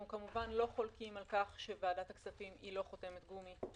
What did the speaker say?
אנחנו לא חולקים על כך שוועדת הכספים היא לא חותמת גומי.